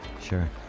Sure